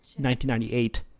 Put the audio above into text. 1998